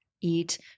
eat